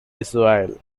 israel